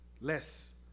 less